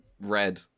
Red